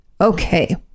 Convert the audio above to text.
Okay